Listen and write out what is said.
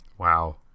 Wow